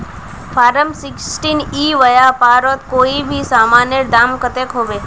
Form sixteen ई व्यापारोत कोई भी सामानेर दाम कतेक होबे?